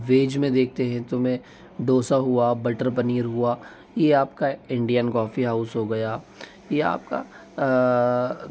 veg में देखते हैं तो मैं डोसा हुआ बटर पनीर हुआ ये आपका इंडियन कॉफ़ी हाउस हो गया या आपका